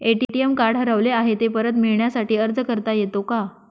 ATM card हरवले आहे, ते परत मिळण्यासाठी अर्ज करता येतो का?